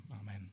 amen